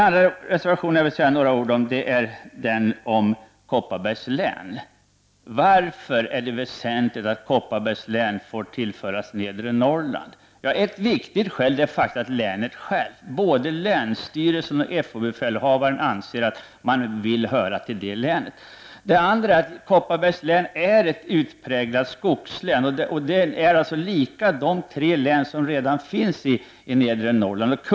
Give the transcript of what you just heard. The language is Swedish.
Jag vill också säga några ord om reservation 6. Varför är det väsentligt att Kopparbergs län inordnas i Nedre Norrlands civiloch militärområde? Ett viktigt skäl är att länet självt, både länsstyrelsen och Fo-befälhavaren, menar att Kopparberg bör höra till Nedre Norrland. Ett annat skäl är att Kopparbergs län är ett utpräglat skogslän och alltså har likheter med de län som finns i Nedre Norrlands civilområde.